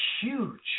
huge